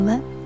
Let